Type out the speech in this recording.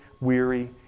weary